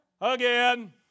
Again